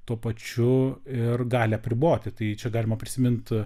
tuo pačiu ir gali apriboti tai čia galima prisimint